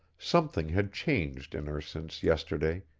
something had changed in her since yesterday,